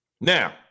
Now